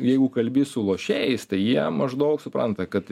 jeigu kalbi su lošėjais tai jie maždaug supranta kad